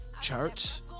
Charts